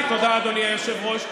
תודה, אדוני היושב-ראש.